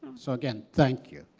so again, thank you.